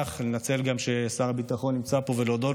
אנצל את זה ששר הביטחון נמצא פה כדי להודות